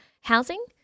housing